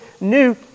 new